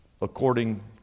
according